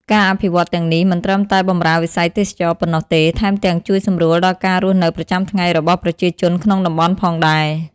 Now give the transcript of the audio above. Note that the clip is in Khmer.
ការអភិវឌ្ឍទាំងនេះ មិនត្រឹមតែបម្រើវិស័យទេសចរណ៍ប៉ុណ្ណោះទេ ថែមទាំងជួយសម្រួលដល់ការរស់នៅប្រចាំថ្ងៃរបស់ប្រជាជនក្នុងតំបន់ផងដែរ។